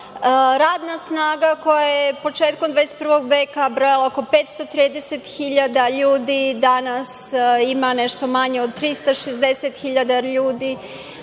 radna snaga koja je početkom 21. veka brojala oko 530 hiljada ljudi danas ima nešto manje od 360 hiljada